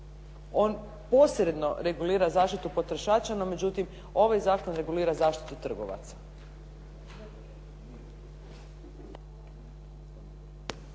On posredno regulira zaštitu potrošača, no međutim ovaj zakon regulira zaštitu trgovaca.